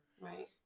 right